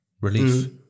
relief